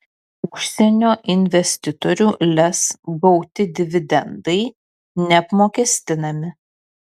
užsienio investitorių lez gauti dividendai neapmokestinami